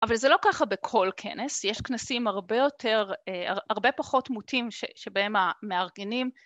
אבל זה לא ככה בכל כנס, יש כנסים הרבה יותר, הרבה פחות מוטים שבהם המארגנים